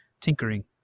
tinkering